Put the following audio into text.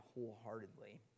wholeheartedly